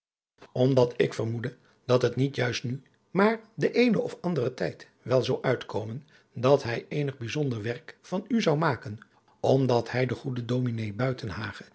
omdat ik vermoedde dat het niet juist nu maar den eenen of ander tijd wel zou uitkomen dat hij eenig bijzonder werk van u zou maken omdat hij den goeden